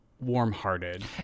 warm-hearted